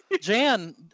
Jan